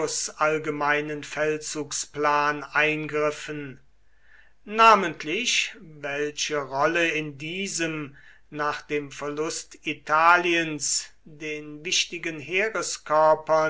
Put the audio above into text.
allgemeinen feldzugsplan eingriffen namentlich welche rolle in diesem nach dem verlust italiens den wichtigen